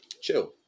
Chill